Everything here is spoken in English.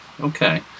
Okay